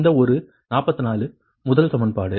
இந்த ஒரு 44 முதல் சமன்பாடு